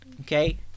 okay